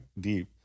deep